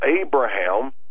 Abraham